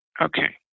Okay